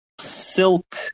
Silk